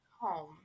home